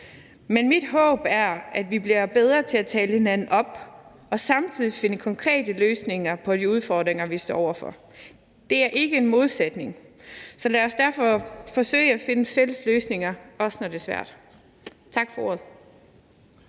Men mit håb er, at vi bliver bedre til at tale hinanden op og samtidig finde konkrete løsninger på de udfordringer, vi står over for. Det er ikke en modsætning. Så lad os derfor forsøge at finde fælles løsninger, også når det er svært. Tak for ordet.